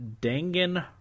Dangan